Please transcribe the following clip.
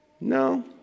No